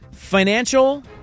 Financial